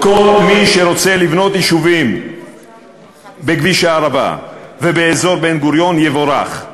כל מי שרוצה לבנות יישובים בכביש הערבה ובאזור בן-גוריון יבורך.